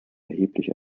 erheblich